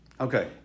Okay